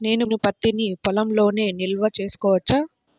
నేను పత్తి నీ పొలంలోనే నిల్వ చేసుకోవచ్చా?